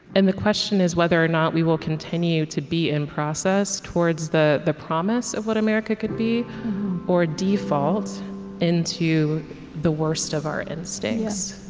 and the question is whether or not we will continue to be in process towards the promise promise of what america could be or default into the worst of our instincts